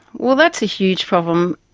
well, that's a huge problem,